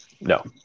No